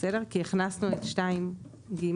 כי הכנסנו את 2(ג),